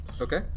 Okay